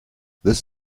this